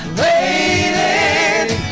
waiting